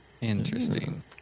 Interesting